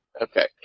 Okay